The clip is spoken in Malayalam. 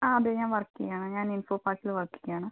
ആ അതെ ഞാൻ വർക്ക് ചെയ്യുകയാണ് ഞാൻ ഇൻഫോ പാർക്കിൽ വർക്ക് ചെയ്യുകയാണ്